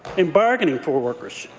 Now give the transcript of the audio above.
and bargaining for workers.